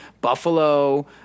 Buffalo